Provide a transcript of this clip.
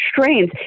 strains